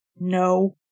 No